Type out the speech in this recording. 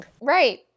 Right